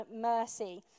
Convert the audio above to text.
mercy